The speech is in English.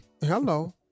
hello